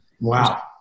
wow